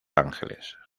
ángeles